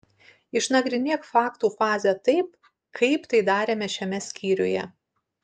išnagrinėk faktų fazę taip kaip tai darėme šiame skyriuje